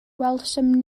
welsom